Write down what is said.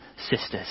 sisters